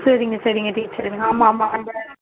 சரிங்க சரிங்க டீச்சர் ஆமாம் ஆமாம் அந்த